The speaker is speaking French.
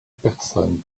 personnes